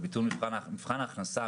מבחן ההכנסה,